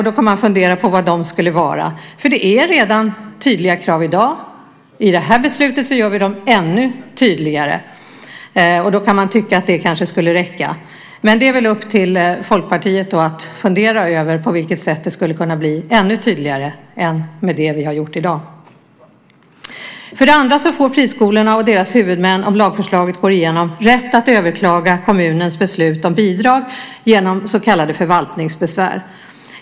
Då kan man fundera på vad de skulle vara. Det är redan tydliga krav i dag. Med det här beslutet gör vi dem ännu tydligare. Då kan man tycka att det kanske skulle räcka. Men det är väl upp till Folkpartiet att fundera över på vilket sätt det skulle kunna bli ännu tydligare än med det vi har gjort i dag. Den andra förändringen är att friskolorna och deras huvudmän, om lagförslaget går igenom, får rätt att överklaga kommunens beslut om bidrag genom så kallade förvaltningsbesvär.